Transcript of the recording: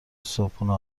صبحونه